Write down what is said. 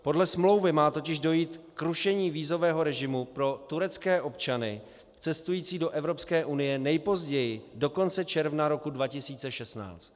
Podle smlouvy má totiž dojít k rušení vízového režimu pro turecké občany cestující do Evropské unie nejpozději do konce června roku 2016.